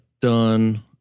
done